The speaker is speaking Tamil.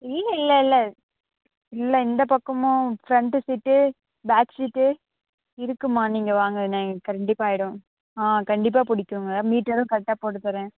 இல்லை இல்லைல்ல இல்லை இந்த பக்கமும் ஃப்ரண்ட்டு சீட்டு பேக் சீட்டு இருக்குதும்மா நீங்கள் வாங்க நான் கண்டிப்பாக இடம் ஆ கண்டிப்பாக பிடிக்குங்க மீட்டரும் கரெக்டாக போட்டு தர்றேன்